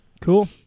Cool